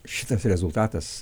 šitas rezultatas